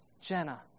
Jenna